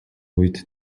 үед